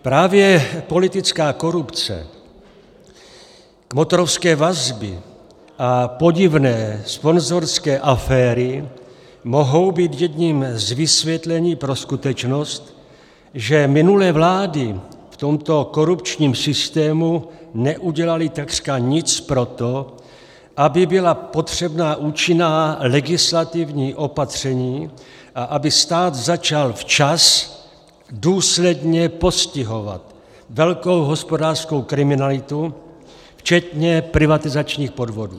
Právě politická korupce, kmotrovské vazby a podivné sponzorské aféry mohou být jedním z vysvětlení pro skutečnost, že minulé vlády v tomto korupčním systému neudělaly takřka nic pro to, aby byla potřebná účinná legislativní opatření a aby stát začal včas důsledně postihovat velkou hospodářskou kriminalitu včetně privatizačních podvodů.